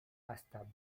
hasta